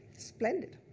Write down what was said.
splendid.